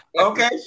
okay